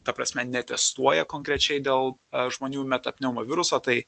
ta prasme netestuoja konkrečiai dėl žmonių meta pneumo viruso tai